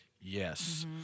yes